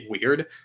weird